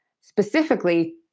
specifically